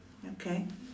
okay